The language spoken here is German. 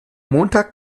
montag